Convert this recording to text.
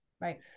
Right